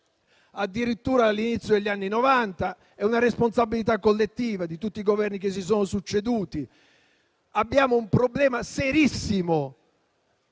5 milioni all'inizio degli anni Novanta. È una responsabilità collettiva di tutti i Governi che si sono succeduti. Abbiamo un problema serissimo